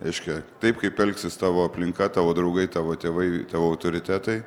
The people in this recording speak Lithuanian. reiškia taip kaip elgsis tavo aplinka tavo draugai tavo tėvai tavo autoritetai